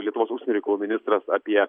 lietuvos užsienio reikalų ministras apie